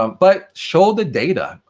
um but show the data.